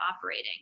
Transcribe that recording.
operating